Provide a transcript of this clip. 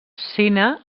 cine